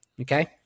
okay